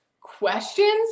questions